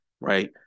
right